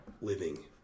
living